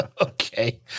Okay